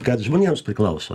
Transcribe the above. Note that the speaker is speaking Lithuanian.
kad žmonėms priklauso